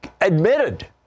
admitted